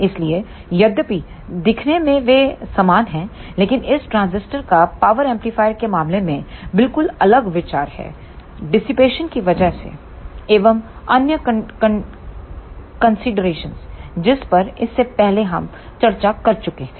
इसलिए यद्यपि दिखने में वे समान हैं लेकिन इस ट्रांजिस्टर का पावर एम्पलीफायर के मामले में बिलकुल अलग विचार है डिसिपेशन की वजह से एवं अन्य कंसीडरेशंस जिस पर इससे पहले हम चर्चा कर चुके थे